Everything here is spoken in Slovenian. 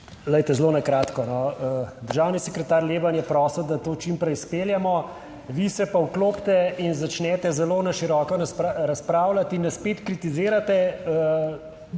zelo na kratko. Državni sekretar Leben je prosil, da to čim prej speljemo, vi se pa vklopite in začnete zelo na široko razpravljati in nas spet kritizirate.